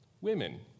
Women